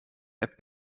app